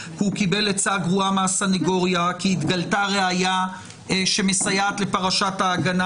הוא קיבל עצה גרועה מהסניגוריה כי התגלתה ראיה שמסייעת לפרשת ההגנה.